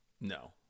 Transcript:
No